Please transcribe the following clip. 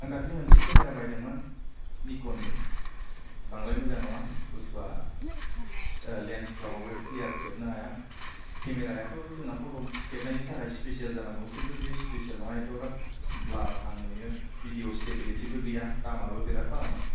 आं दाखालि मोनसे केमेरा बायदोंमोन निकननि बांद्राय मोजां नङा बुस्थुया लेन्सफ्रा बांद्राय ख्लियार खेबनो हाया केमेरायाथ जोंना फथ' खेबनायनि थाखाय स्पिसेल जानांगौ खिन्थु बे स्पिसेल नङा एथग्राब ब्लारहां नुयो भिदिअवाव सितेभेलेथिबो गैया दामाबो बेराद बारामोन